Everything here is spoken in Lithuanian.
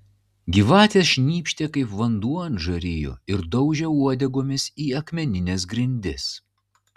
gyvatės šnypštė kaip vanduo ant žarijų ir daužė uodegomis į akmenines grindis